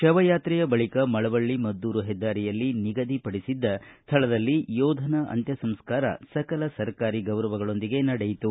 ಶವಯಾತ್ರೆಯ ಬಳಕ ಮಳವಳ್ಳಿ ಮದ್ದೂರು ಹೆದ್ದಾರಿಯಲ್ಲಿ ನಿಗದಿಪಡಿಸಿದ್ದ ಸ್ಥಳದಲ್ಲಿ ಯೋಧನ ಅಂತ್ಯಸಂಸ್ಕಾರ ಸಕಲ ಸರ್ಕಾರಿ ಗೌರವಗಳೊಂದಿಗೆ ನಡೆಯಿತು